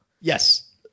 Yes